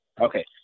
Okay